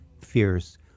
fierce